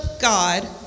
God